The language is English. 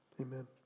Amen